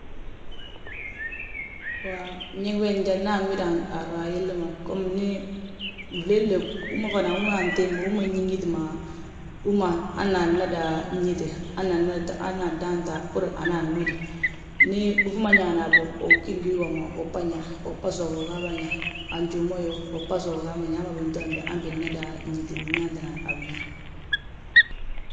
Ñég he njali ma anraa gom nii, flee flee hú ma fana, hú ma antimbi hú ma, nñiñit ma. Hú ma hana dan ñite, hana adanta bbúru anan widi. Ndi buŧi ma ñaan habo, ugí ngi wii woma ubba ñaa, ubaa soog ugaa bà ñaa. Han njuuma yoo, ubbà soog hamma binto bintoo bembe han binna dan ñite, biyaantina a biñaŋ.